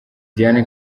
diana